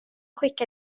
skickar